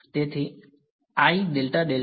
તેથી બરાબર